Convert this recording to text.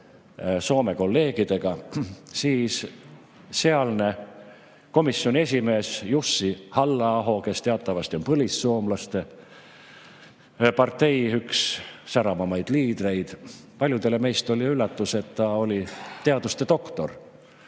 Soome kolleegidega. Sealne komisjoni esimeesJussi Halla-aho, kes teatavasti on põlissoomlaste partei säravaimaid liidreid. Paljudele meist oli üllatus, et ta on teaduste doktor,